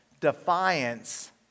defiance